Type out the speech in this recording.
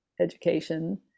education